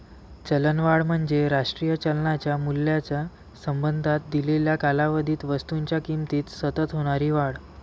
चलनवाढ म्हणजे राष्ट्रीय चलनाच्या मूल्याच्या संबंधात दिलेल्या कालावधीत वस्तूंच्या किमतीत सतत होणारी वाढ